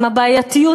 עם הבעייתיות,